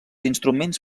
instruments